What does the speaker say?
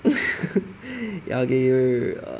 okay okay wait wait wait